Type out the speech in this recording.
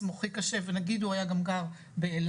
מוחי קשה ונגיד הוא היה גם גר באילת,